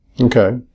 okay